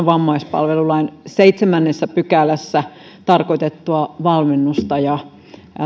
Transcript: vammaispalvelulain seitsemännessä pykälässä tarkoitettua valmennusta ja